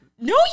No